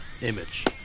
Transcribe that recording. image